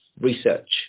research